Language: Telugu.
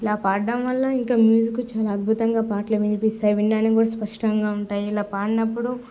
ఇలా పాడడం వల్ల ఇంక మ్యూజిక్ అద్భుతంగా పాటలు వినిపిస్తాయి వినడానికి కూడా స్పష్టంగా ఉంటాయి ఇలా పాడినప్పుడు